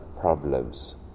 problems